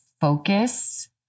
focus